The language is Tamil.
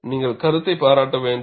நீங்கள் கருத்தை பாராட்ட வேண்டும்